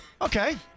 Okay